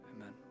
Amen